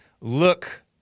look